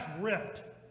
ripped